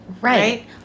right